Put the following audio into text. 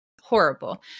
horrible